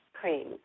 cream